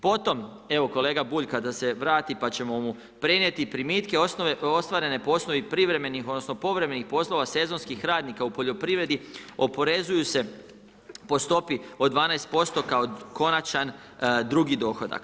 Potom, evo, kolega Bulj, kada se vrati, pa ćemo mu prenijeti, primitke ostvarene po osnovi privremenih, odnosno, povremenih poslova, sezonskih radnika u poljoprivredi, oporezuju se po stopi od 12% kao konačan drugi dohodak.